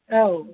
औ